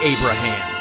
Abraham